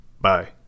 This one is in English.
Bye